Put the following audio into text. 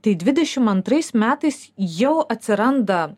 tai dvidešimt antrais metais jau atsiranda